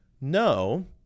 no